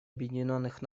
объединенных